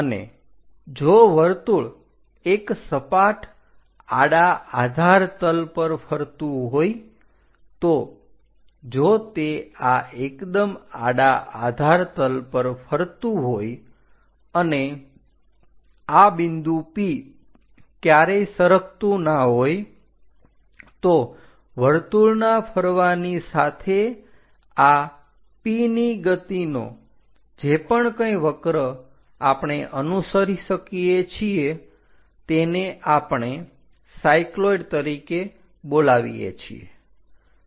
અને જો વર્તુળ એક સપાટ આડા આધાર તલ પર ફરતું હોય તો જો તે આ એકદમ આડા આધાર તલ પર ફરતું હોય અને આ બિંદુ P ક્યારેય સરકતું ના હોય તો વર્તુળના ફરવાની સાથે આ P ની ગતિનો જે પણ કંઈ વક્ર આપણે અનુસરી શકીએ છીએ તેને આપણે સાયક્લોઈડ તરીકે બોલાવીએ છીએ